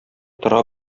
тора